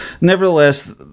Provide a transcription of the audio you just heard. nevertheless